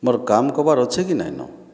ମୋର୍ କାମ୍ କବାର୍ ଅଛି କି ନାଇଁନ